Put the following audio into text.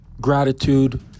gratitude